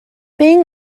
byng